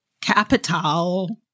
Capital